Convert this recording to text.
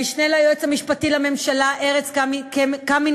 למשנה ליועץ המשפטי לממשלה ארז קמיניץ,